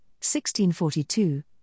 1642